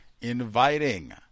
inviting